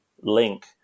link